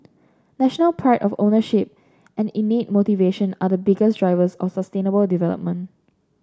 national pride of ownership and innate motivation are the biggest drivers of sustainable development